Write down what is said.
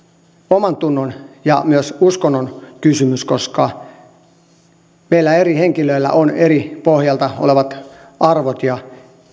omantunnon ja myös uskonnon kysymys koska meillä eri henkilöillä on eri pohjalta olevat arvot ja